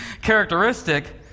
characteristic